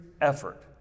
effort